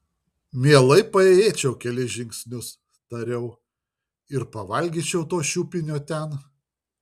mielai paėjėčiau kelis žingsnius tariau ir pavalgyčiau to šiupinio ten